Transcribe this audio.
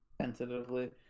tentatively